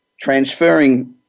Transferring